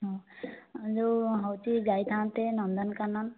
ହଁ ଏଇ ଯୋଉ ହେଉଛି ଯାଇଥାନ୍ତେ ନନ୍ଦନକାନନ